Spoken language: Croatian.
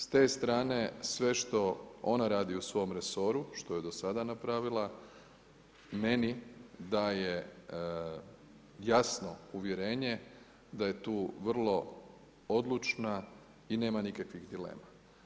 S te strane sve što ona radi u svom resoru, što je do sada napravila meni daje jasno uvjerenje da je tu vrlo odlučna i nema nikakvih dilema.